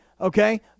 okay